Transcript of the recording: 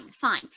fine